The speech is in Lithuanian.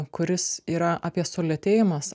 kuris yra apie sulėtėjimas